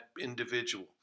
individual